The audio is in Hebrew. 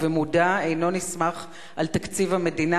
ובמודע אינו נסמך על תקציב המדינה,